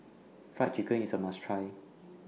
Fried Chicken IS A must Try